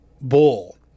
bull